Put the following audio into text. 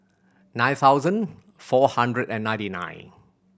nine thousand four hundred and ninety nine